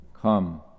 come